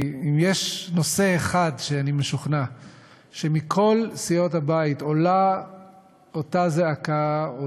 כי אם יש נושא אחד שאני משוכנע שמכל סיעות הבית עולה אותה זעקה,